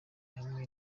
hamwe